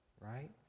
right